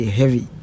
heavy